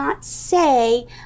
say